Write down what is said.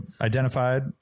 identified